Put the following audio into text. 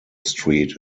street